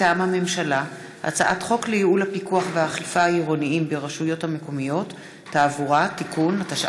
מלר-הורוביץ: נאומים בני דקה ענת ברקו (הליכוד): טלב אבו עראר (הרשימה